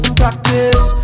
practice